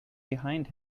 behind